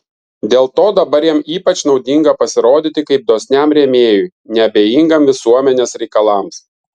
dėl to dabar jam ypač naudinga pasirodyti kaip dosniam rėmėjui neabejingam visuomenės reikalams